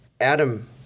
Adam